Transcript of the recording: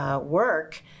work